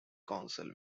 council